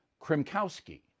krimkowski